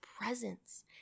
presence